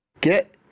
Get